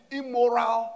immoral